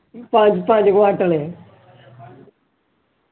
पंज क्वांटल